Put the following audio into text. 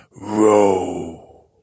Row